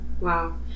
Wow